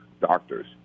doctors